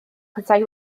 petai